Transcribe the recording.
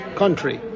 country